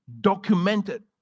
documented